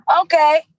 okay